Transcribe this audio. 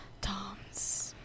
Tom's